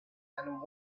and